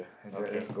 okay